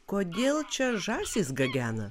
kodėl čia žąsys gagena